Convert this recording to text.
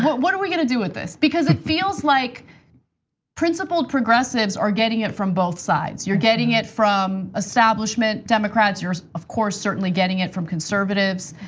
what are we going to do with this? because it feels like principled progressives are getting it from both sides. you're getting it from establishment democrats. you're of course certainly getting it from conservatives.